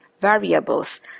variables